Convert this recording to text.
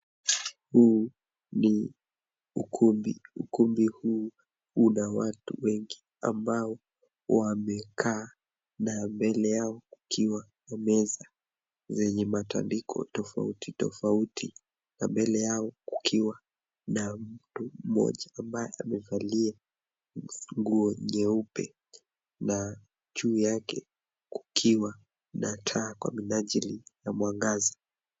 Huu ni ukumbi. Ukumbi huu una watu wengi ambao wamekaa na mbele yao kukiwa na meza zenye matandiko tofauti tofauti, na mbele yao kukiwa na mtu mmoja ambaye amevalia nguo nyeupe, na juu yake kukiwa na taa kwa minajili ya mwangaza.